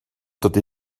dydy